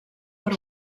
per